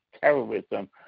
terrorism